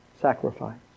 sacrifice